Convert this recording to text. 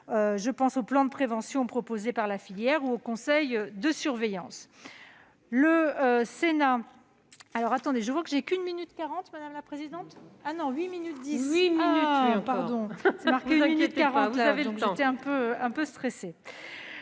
au plan de prévention proposé par la filière et au conseil de surveillance.